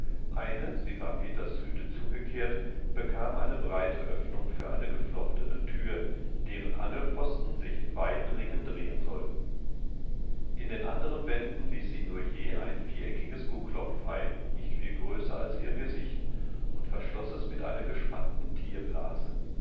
eine sie war peters hütte zugekehrt bekam eine breite öffnung für eine geflochtene tür deren angelpfosten sich in weidenringen drehen sollten in den anderen wänden ließ sie nur je ein viereckiges gucklock frei nicht viel größer als ihr gesicht und verschloß es mit einer gespannten